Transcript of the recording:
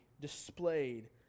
displayed